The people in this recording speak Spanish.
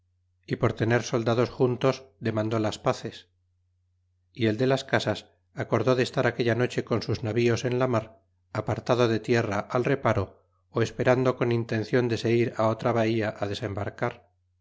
y por tener soldados juntos demandó las paces y el de las casas acordó de estar aquella noche con sus navíos en ja mar apartado de tierra al reparo ó esperando con intencion de se ir otra bahía desembarcar